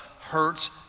hurts